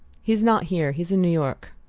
he's not here he's in new york.